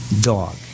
dog